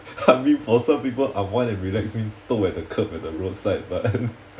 I mean for some people unwind and relax means toh at the kerb at the roadside but